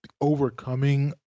overcoming